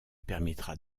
permettra